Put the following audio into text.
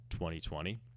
2020